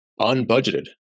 unbudgeted